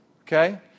okay